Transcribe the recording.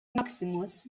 maximus